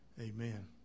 Amen